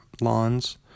lawns